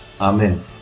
Amen